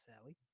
Sally